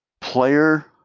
player